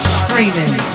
screaming